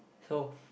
so